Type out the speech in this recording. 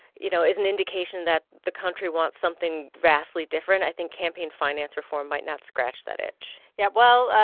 you know, is an indication that the country wants something vastly different, i think campaign finance reform might not scratch that itch yeah. well,